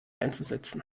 einzusetzen